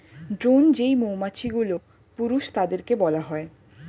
drone যেই মৌমাছিগুলো, পুরুষ তাদেরকে বলা হয়